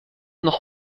noch